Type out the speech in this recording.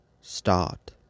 start